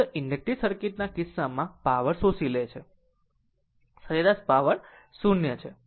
શુદ્ધ inductive circuit ના કિસ્સામાં પાવર શોષી લે છે સરેરાશ પાવર 0 છે